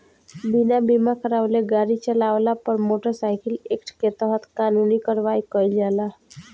बिना बीमा करावले गाड़ी चालावला पर मोटर साइकिल एक्ट के तहत कानूनी कार्रवाई कईल जाला